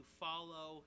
follow